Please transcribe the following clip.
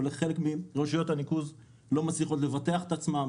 אבל חלק מרשויות הניקוז לא מצליחות לבטח את עצמן.